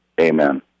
Amen